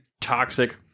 toxic